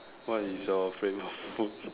what is your favourite food